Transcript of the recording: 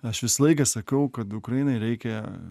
aš visą laiką sakau kad ukrainai reikia